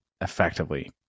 effectively